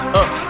up